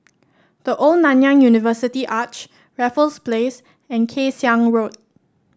The Old Nanyang University Arch Raffles Place and Kay Siang Road